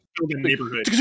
neighborhood